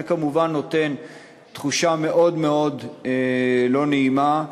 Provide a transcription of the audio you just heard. זה כמובן נותן תחושה מאוד מאוד לא נעימה,